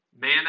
man